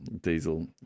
Diesel